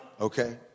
Okay